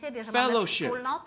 Fellowship